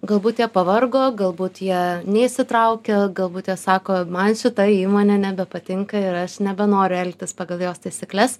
galbūt jie pavargo galbūt jie neįsitraukia galbūt jie sako man šita įmonė nebepatinka ir aš nebenoriu elgtis pagal jos taisykles